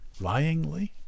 Lyingly